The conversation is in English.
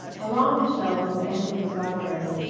along the shelves of anthony's library,